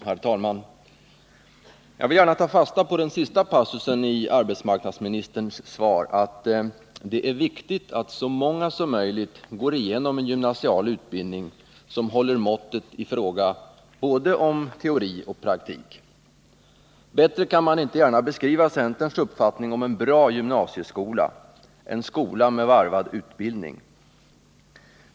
Herr talman! Jag vill gärna ta fasta på den sista passusen i arbetsmarknadsministerns svar: ”Det är viktigt att så många som möjligt går igenom en gymnasial utbildning som håller måttet i fråga om både teori och praktik.” Bättre kan man inte gärna beskriva centerns uppfattning om en bra gymnasieskola — en skola med varvad utbildning.